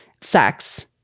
sex